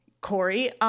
Corey